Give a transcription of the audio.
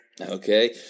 Okay